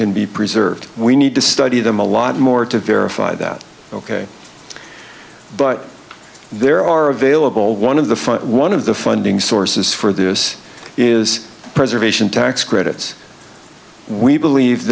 can be preserved we need to study them a lot more to verify that ok but there are available one of the one of the funding sources for this is preservation tax credits we believe